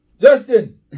Justin